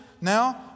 now